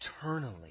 Eternally